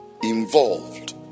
involved